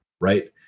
right